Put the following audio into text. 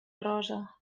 rosa